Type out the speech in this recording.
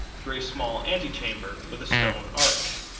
through a small antechamber with a stone arch.